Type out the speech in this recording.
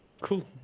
cool